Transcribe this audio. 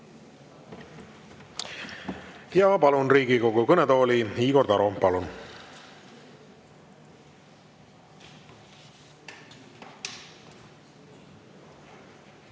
Palun Riigikogu kõnetooli Igor Taro. Palun!